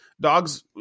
dogs